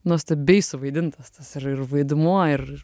nuostabiai suvaidintas tas ir ir vaidmuo ir